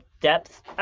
depth